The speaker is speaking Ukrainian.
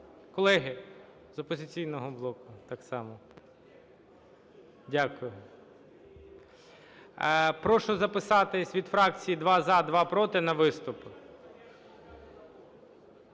Колеги з "Опозиційного блоку" так само. Дякую. Прошу записатися від фракцій: два – за, два – проти, на виступ.